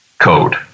Code